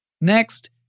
Next